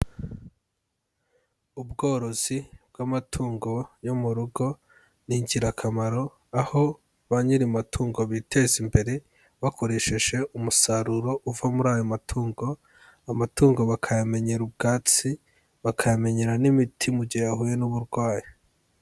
Ubworozi bw'amatungo yo mu rugo ni ingirakamaro aho ba nyiri amatungo biteza imbere bakoresheje umusaruro uva muri ayo matungo, amatungo bakayamenyera ubwatsi bakayamenyera n'imiti mu gihe yahuye n'uburwayi.